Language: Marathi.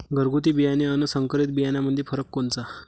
घरगुती बियाणे अन संकरीत बियाणामंदी फरक कोनचा?